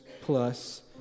plus